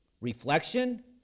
reflection